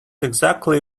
exactly